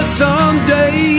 someday